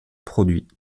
produit